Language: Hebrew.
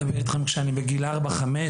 מדבר איתכם על גיל ארבע-חמש,